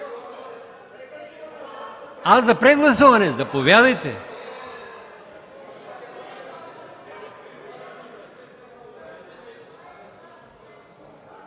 е за прегласуване. Заповядайте.